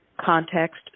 context